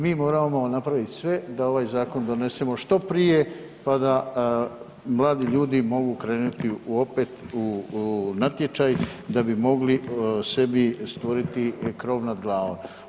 Mi moramo napraviti sve da ovaj zakon donesemo što prije pa da mladi ljudi mogu krenuti u opet u natječaj da bi mogli sebi stvoriti krov nad glavom.